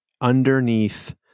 underneath